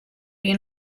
you